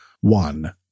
One